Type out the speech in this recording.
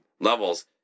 levels